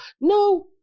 No